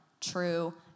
true